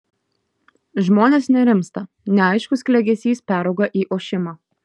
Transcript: žmonės nerimsta neaiškus klegesys perauga į ošimą